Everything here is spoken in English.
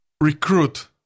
recruit